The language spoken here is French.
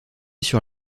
sur